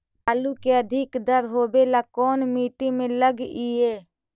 आलू के अधिक दर होवे ला कोन मट्टी में लगीईऐ?